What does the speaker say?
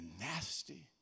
nasty